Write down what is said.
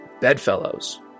bedfellows